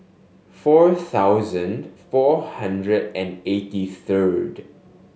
four thousand four hundred and eighty third